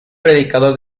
predicador